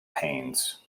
panes